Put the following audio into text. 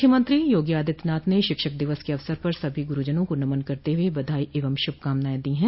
मुख्यमंत्री योगी आदित्यनाथ ने शिक्षक दिवस के अवसर पर सभी गुरूजनों को नमन करते हुए बधाई एवं शुभकामनाएं दी है